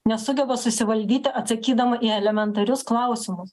nesugeba susivaldyti atsakydama į elementarius klausimus